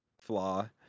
flaw